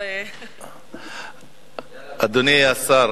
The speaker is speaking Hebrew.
אדוני השר,